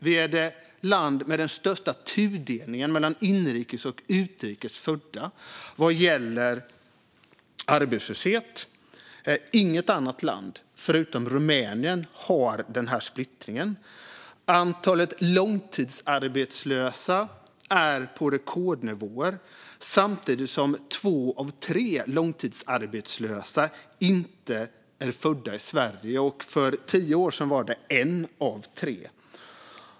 Vi är det land som har störst tudelning mellan inrikes och utrikes födda vad gäller arbetslöshet. Inget annat land förutom Rumänien har den här splittringen. Antalet långtidsarbetslösa är på rekordnivåer, samtidigt som två av tre långtidsarbetslösa inte är födda i Sverige. För tio år sedan var det en av tre.